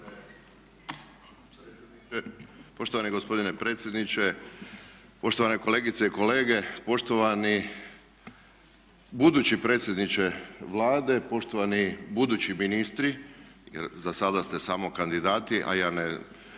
Poštovani gospodine predsjedniče, poštovane kolegice i kolege, poštovani budući predsjedniče Vlade, poštovani budući ministri jer za sada ste samo kandidati a ja ne